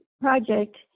project